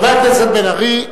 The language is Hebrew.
חבר הכנסת בן-ארי,